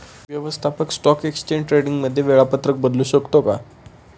व्यवस्थापक stock exchange ट्रेडिंगचे वेळापत्रक बदलू शकतो का?